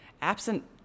absent